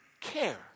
care